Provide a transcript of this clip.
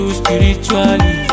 spiritually